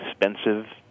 expensive